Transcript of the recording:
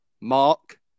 Mark